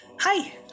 Hi